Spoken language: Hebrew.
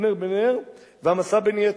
אבנר בן נר ועמשא בן יתר,